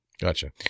Gotcha